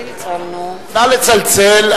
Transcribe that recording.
נא לצלצל,